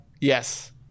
Yes